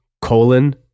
colon